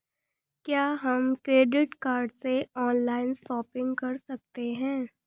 क्या हम credit card से ऑनलाइन शॉपिंग कर सकते हैं?